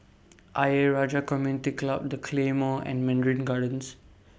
Ayer Rajah Community Club The Claymore and Mandarin Gardens